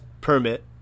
permit